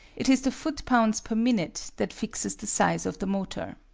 it is the foot-pounds per minute that fixes the size of the motor.